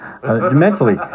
Mentally